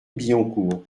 billancourt